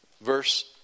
verse